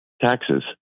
taxes